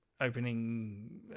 opening